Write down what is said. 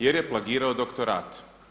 Jer je plagirao doktorat.